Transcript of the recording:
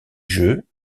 jeux